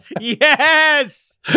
Yes